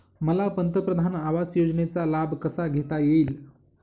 मला पंतप्रधान आवास योजनेचा लाभ कसा घेता येईल?